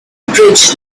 bridge